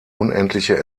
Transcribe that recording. unendliche